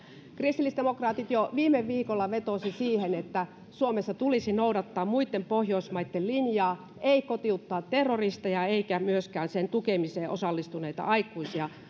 kristillisdemokraatit jo viime viikolla vetosivat siihen että suomessa tulisi noudattaa muitten pohjoismaitten linjaa ei kotiuttaa terroristeja eikä myöskään sen tukemiseen osallistuneita aikuisia